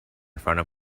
front